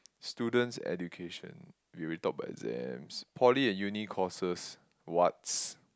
students' education we already talk about exams poly and uni courses what's